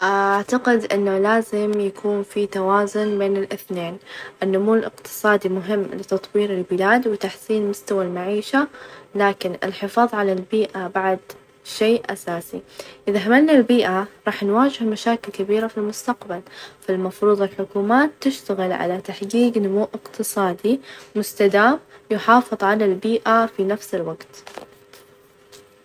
أعتقد إن الشعر له علاقة قوية بالعصر الحديث، الشعر يعكس مشاعر ،وأفكار الناس ويعبر عن قضاياهم ،ومشاكلهم ،اليوم الشعر يتواجد في كل مكان من وسائل التواصل الإجتماعي، إلى الأغاني يعني له -ذور- دور كبير في التعبير عن هويتنا، ومشاعرنا في العصر الحالي.